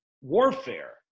warfare